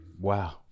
wow